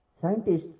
scientists